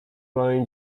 małymi